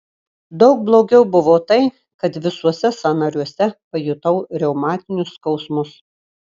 daug blogiau buvo tai kad visuose sąnariuose pajutau reumatinius skausmus